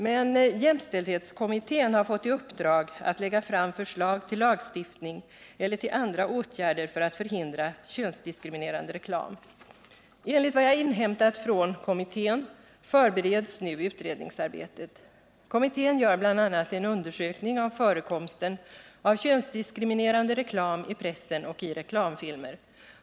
Men jämställdhetskommittén har fått i uppdrag att lägga fram förslag till lagstiftning eller andra åtgärder för att förhindra könsdiskriminerande reklam. Enligt vad jag inhämtat från kommittén förbereds nu utredningsarbetet. Kommittén gör bl.a. en undersökning av förekomsten av könsdiskriminerande reklam i pressen och i reklamfilmer.